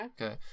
Okay